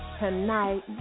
tonight